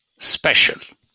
special